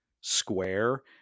square